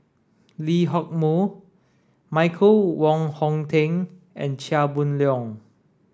Lee Hock Moh Michael Wong Hong Teng and Chia Boon Leong